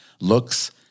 Looks